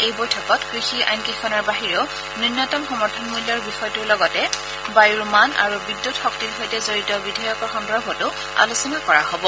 এই বৈঠকত কৃষি আইনকেইখনৰ বাহিৰেও ন্যুনতম সমৰ্থন মূল্যৰ বিষয়টোৰ লগতে বায়ুৰ মান আৰু বিদ্যুৎ শক্তিৰ সৈতে জড়িত বিধেয়কৰ সন্দৰ্ভতো আলোচনা কৰা হ'ব